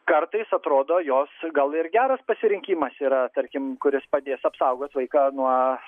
kartais atrodo jos gal ir geras pasirinkimas yra tarkim kuris padės apsaugoti vaiką nuo